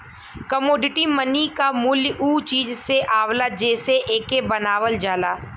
commodity money क मूल्य उ चीज से आवला जेसे एके बनावल जाला